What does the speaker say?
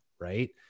right